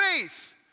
faith